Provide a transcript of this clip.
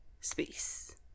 space